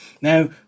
Now